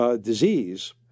Disease